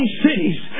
cities